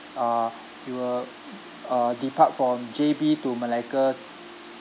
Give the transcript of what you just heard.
uh it will uh depart from J_B to malacca